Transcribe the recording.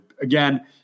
Again